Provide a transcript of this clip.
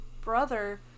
brother-